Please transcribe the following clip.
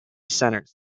centres